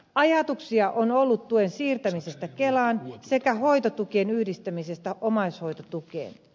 ajatuksia on ollut tuen siirtämisestä kelaan sekä hoitotukien yhdistämisestä omaishoitotukeen